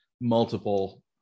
multiple